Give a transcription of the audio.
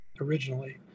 originally